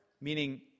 meaning